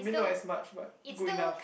not as much but good enough